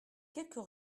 quelques